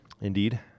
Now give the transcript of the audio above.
Indeed